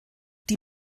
die